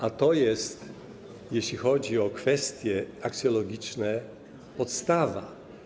A to jest, jeśli chodzi o kwestie aksjologiczne, podstawa.